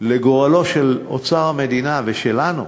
לגורלו של אוצר המדינה ושלנו,